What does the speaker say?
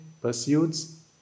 pursuits